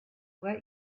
whet